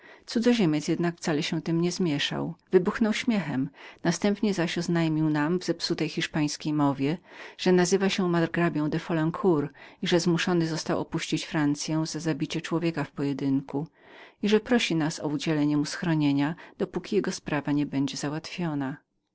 cudzoziemiec jednak wcale się tem nie zmieszał następnie oznajmił nam w zepsutej hiszpańskiej mowie że nazywa się margrabią de folencour że zmuszony został opuścić francyą za zabicie człowieka w pojedynku i że prosi nas o udzielenie mu schronienia dopóki jego sprawa nie będzie załatwioną